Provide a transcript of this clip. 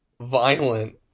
violent